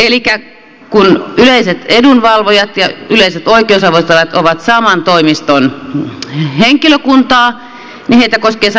elikä kun yleiset edunvalvojat ja yleiset oikeusavustajat ovat saman toimiston henkilökuntaa niin heitä koskevat samat esteellisyyssäännökset